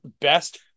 best